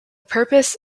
purpose